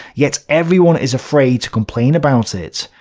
yet everyone is afraid to complain about it.